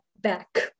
back